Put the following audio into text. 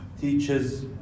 teaches